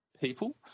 people